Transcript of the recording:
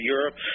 Europe